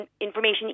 information